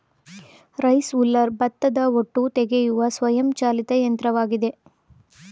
rice huller ಭತ್ತದ ಹೊಟ್ಟು ತೆಗೆಯುವ ಸ್ವಯಂ ಚಾಲಿತ ಯಂತ್ರವಾಗಿದೆ